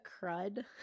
crud